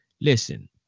listen